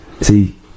see